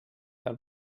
del